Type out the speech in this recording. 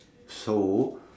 so